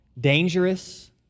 dangerous